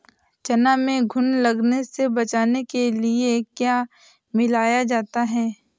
चना में घुन लगने से बचाने के लिए क्या मिलाया जाता है?